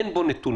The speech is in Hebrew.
אין בו נתונים.